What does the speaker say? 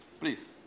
please